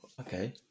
okay